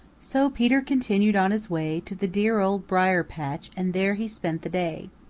so peter continued on his way to the dear old briar-patch and there he spent the day.